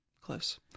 close